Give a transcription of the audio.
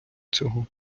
цього